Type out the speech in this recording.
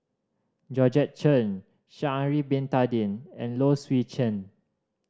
Georgette Chen Sha'ari Bin Tadin and Low Swee Chen